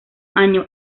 año